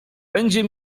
będzie